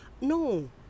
No